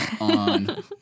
on